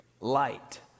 light